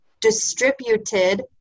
distributed